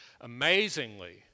Amazingly